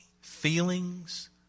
Feelings